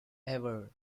ever